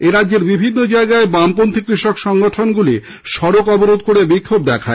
এরাজ্যের বিভিন্ন জায়গায় বামপন্থী কৃষক সংগঠনগুলি সড়ক অবরোধ করে বিক্ষোভ দেখায়